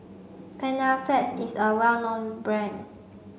Panaflex is a well known brand